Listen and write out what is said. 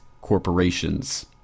corporations